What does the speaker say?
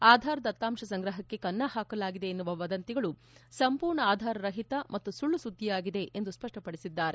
ಆಧಾರ್ ದತ್ತಾಂಶ ಸಂಗ್ರಹಕ್ಕೆ ಕನ್ನ ಹಾಕಲಾಗಿದೆ ಎನ್ನುವ ವದಂತಿಗಳು ಸಂರ್ಮೂರ್ಣ ಆಧಾರರಹಿತ ಮತ್ತು ಸುಳ್ಳು ಸುದ್ದಿಯಾಗಿದೆ ಎಂದು ಸ್ಪಷ್ಟಪಡಿಸಿದ್ದಾರೆ